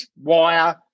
wire